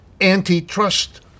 antitrust